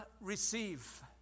receive